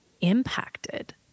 impacted